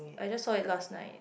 I just saw it last night